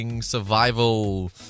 survival